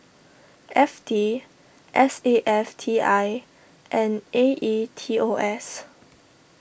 F T S A F T I and A E T O S